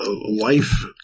life